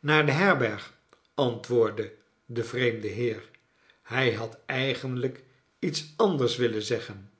naar de herberg antwoordde de vreemde heer hjj had eigenlijk iets anders willen zeggen